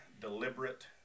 deliberate